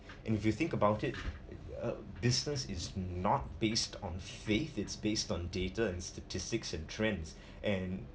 and you think about it uh business is not based on faith it's based on data and statistics and trends and